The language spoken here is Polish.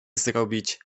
zrobić